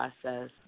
process